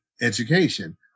education